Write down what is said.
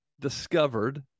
discovered